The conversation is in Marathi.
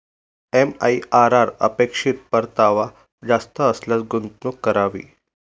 एम.आई.आर.आर अपेक्षित परतावा जास्त असल्यास गुंतवणूक करावी